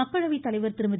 மக்களவைத்தலைவர் திருமதி